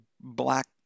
black